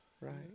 Right